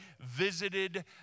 visited